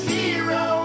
hero